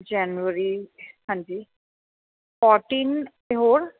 ਜਨਵਰੀ ਹਾਂਜੀ ਫੋਰਟੀਨ 'ਤੇ ਹੋਰ